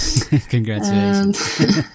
Congratulations